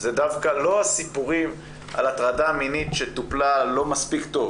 זה דווקא לא הסיפורים על הטרדה מינית שטופלה לא מספיק טוב.